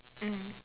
mm